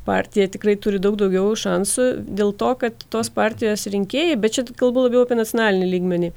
partija tikrai turi daug daugiau šansų dėl to kad tos partijos rinkėjai bet čia kalbu labiau apie nacionalinį lygmenį